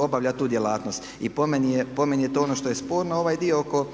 obavlja tu djelatnost. I po meni je to ono što je sporno. Ovaj dio oko